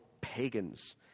pagans